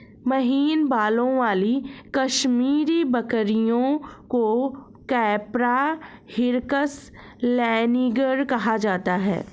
महीन बालों वाली कश्मीरी बकरियों को कैपरा हिरकस लैनिगर कहा जाता है